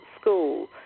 school